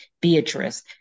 beatrice